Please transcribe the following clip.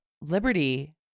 liberty